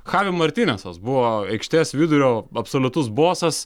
chavi martinesas buvo aikštės vidurio absoliutus bosas